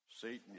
Satan